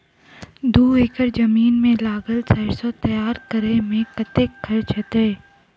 दू एकड़ जमीन मे लागल सैरसो तैयार करै मे कतेक खर्च हेतै?